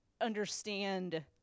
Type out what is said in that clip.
understand